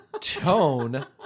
tone